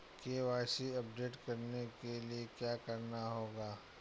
KYC update करने के लिए क्या करना होगा?